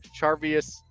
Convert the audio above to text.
Charvius